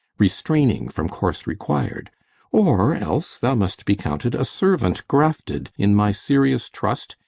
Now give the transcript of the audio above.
restraining from course requir'd or else thou must be counted a servant grafted in my serious trust,